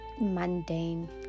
mundane